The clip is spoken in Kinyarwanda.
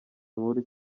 inkuru